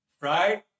Right